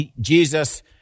Jesus